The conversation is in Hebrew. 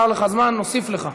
אם יחסר לך זמן, נוסיף לך.